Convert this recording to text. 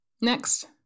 Next